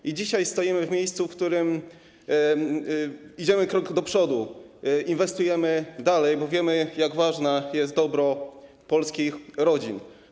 I dzisiaj jesteśmy w miejscu, w którym idziemy krok do przodu, inwestujemy dalej, bo wiemy, jak ważne jest dobro polskich rodzin.